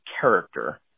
character